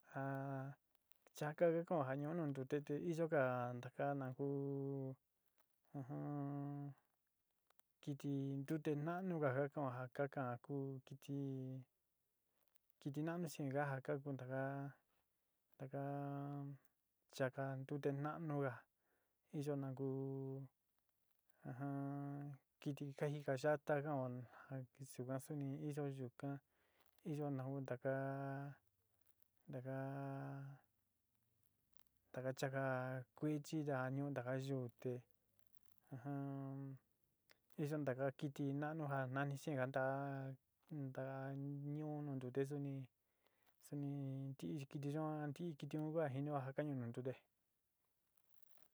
Ja chaka ka kan'o ja ñuú nu ntute, te iyoga taka nu kuú kɨtɨ ntute na'anu ga ka kan'o ja ka ka'an ku kɨtɨ na'anu xeénga ja kaku taka taka chaka ntute naa´nuga iyogana nu ku, kɨtɨ ka jika yata kan'o ja yuka suni iyo yuka iyo nu ntakaá taka taka chaka kuichi yaa nio taka yuan te iyo taka kɨtɨ na'anu ja na'ani xeénga ta ta ñu'u nu ntute suni suni ntii kɨtɨ yuan ntii kɨtɨ yuan kua ka jinio ja ñu'u nu ntute.